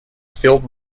field